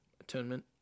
atonement